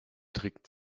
trick